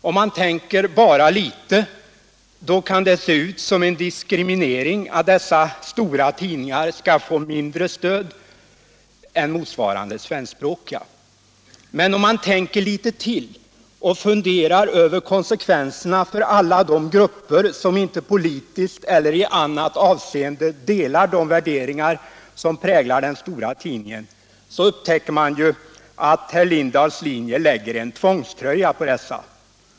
Om man tänker bara litet, då kan det se ut som en diskriminering att dessa stora tidningar skall få mindre stöd än motsvarande svenskspråkiga. Men om man tänker litet till och funderar över konsekvenserna för alla de grupper som inte politiskt eller i annat avseende delar de värderingar som präglar den stora tidningen, så upptäcker man att herr Lindahls linje sätter en tvångströja på dessa grupper.